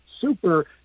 super